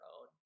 own